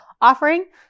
offering